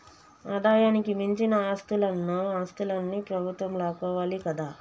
ఆదాయానికి మించిన ఆస్తులన్నో ఆస్తులన్ని ప్రభుత్వం లాక్కోవాలి కదా